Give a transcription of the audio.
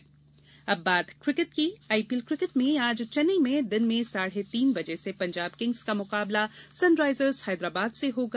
आई P L cricket IPL cricket में आज चेन्नई में दिन में साढ़े तीन बजे से पंजाब किंग्स का मुकाबला सनराइजर्स हैदराबाद से होगा